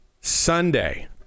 Sunday